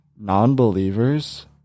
non-believers